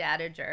dadager